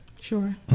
sure